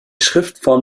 schriftform